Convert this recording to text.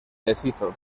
deshizo